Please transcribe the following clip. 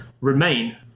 remain